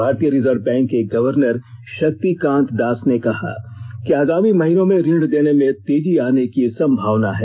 भारतीय Reserve Bank के governor Shaktikanta Das ने कहा कि आगामी महीनों में ऋण देने में तेजी आने की संभावना है